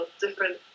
different